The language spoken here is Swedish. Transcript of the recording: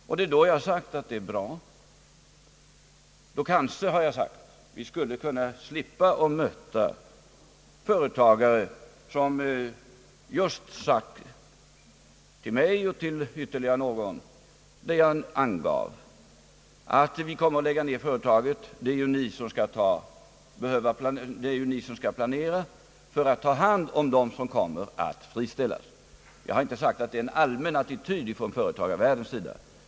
Jag har då sagt att det är bra och att vi då kanske skall slippa att möta företagare som just sagt till mig och till ytterligare någon det jag angav, nämligen att vi kommer att lägga ned företaget och det är ju ni som skall planera för att ta hand om dem som kommer att friställas. Jag har inte sagt att det är en allmän attityd från företagarvärldens sida.